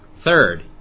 Third